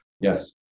Yes